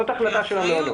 זאת החלטה של המעונות.